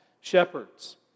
shepherds